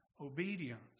obedience